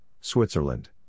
Switzerland